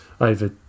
over